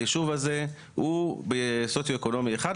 הישוב הזה הוא בסוציואקונומי אחד,